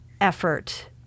effort